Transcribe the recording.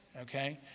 okay